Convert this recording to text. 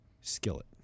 skillet